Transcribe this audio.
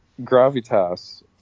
gravitas